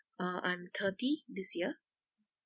uh I'm thirty this year